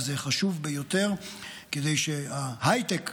וזה חשוב ביותר כדי שההייטק,